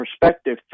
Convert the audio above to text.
perspective